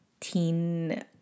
teen